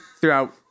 throughout